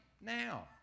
Now